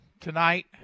tonight